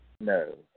No